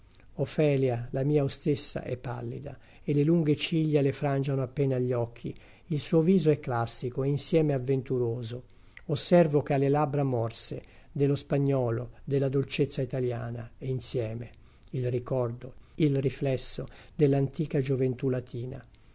michelangiolo ofelia la mia ostessa è pallida e le lunghe ciglia le frangiano appena gli occhi il suo viso è classico e insieme avventuroso osservo che ha le labbra morse dello spagnolo della dolcezza italiana e insieme il ricordo il riflesso dell'antica gioventù latina